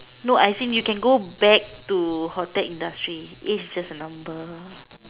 no as in you can go back to hotel industry age is just a number